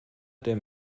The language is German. der